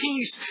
peace